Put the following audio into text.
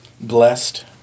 blessed